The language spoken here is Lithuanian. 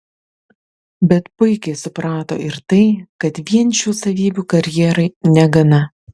bet puikiai suprato ir tai kad vien šių savybių karjerai negana